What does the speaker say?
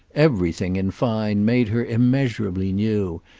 everything in fine made her immeasurably new,